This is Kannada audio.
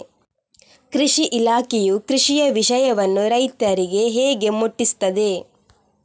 ಕೃಷಿ ಇಲಾಖೆಯು ಕೃಷಿಯ ವಿಷಯವನ್ನು ರೈತರಿಗೆ ಹೇಗೆ ಮುಟ್ಟಿಸ್ತದೆ?